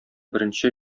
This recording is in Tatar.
беренче